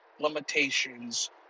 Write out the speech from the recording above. limitations